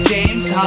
James